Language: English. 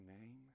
name